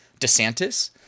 DeSantis